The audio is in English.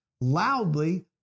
loudly